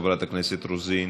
חברת הכנסת רוזין,